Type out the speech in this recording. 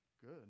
good